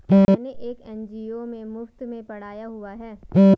मैंने एक एन.जी.ओ में मुफ़्त में पढ़ाया हुआ है